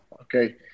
Okay